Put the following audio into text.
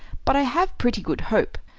but i have pretty good hope.